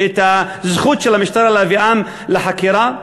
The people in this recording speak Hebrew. את הזכות של המשטרה להביאם לחקירה?